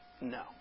No